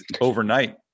overnight